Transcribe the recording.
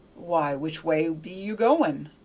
why, which way be ye goin'?